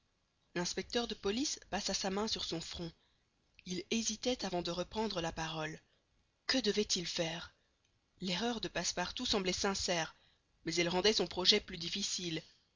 l'inspecteur de police passa sa main sur son front il hésitait avant de reprendre la parole que devait-il faire l'erreur de passepartout semblait sincère mais elle rendait son projet plus difficile